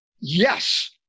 Yes